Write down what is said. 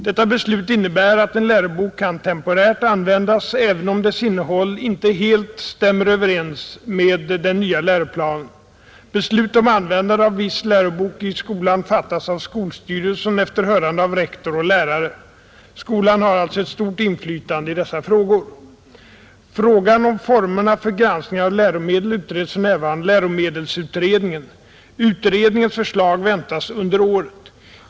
Detta beslut innebär att en lärobok kan temporärt användas även om dess innehåll inte helt stämmer överens med den nya läroplanen, Beslut om användande av viss lärobok i skolan fattas av skolstyrelsen efter hörande av rektor och lärare. Skolan har alltså ett stort inflytande i dessa frågor. Frågan om formerna för granskning av läromedel utreds för närvarande av läromedelsutredningen. Utredningens förslag väntas under året.